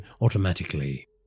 automatically